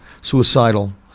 suicidal